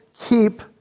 keep